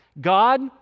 God